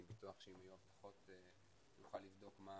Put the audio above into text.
אני בטוח שנוכל לבדוק מה